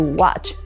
watch